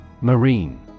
Marine